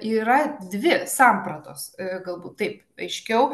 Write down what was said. yra dvi sampratos galbūt taip aiškiau